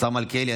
השר מלכיאלי,